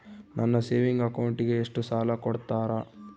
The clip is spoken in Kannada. ನನ್ನ ಸೇವಿಂಗ್ ಅಕೌಂಟಿಗೆ ಎಷ್ಟು ಸಾಲ ಕೊಡ್ತಾರ?